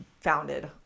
founded